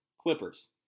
Clippers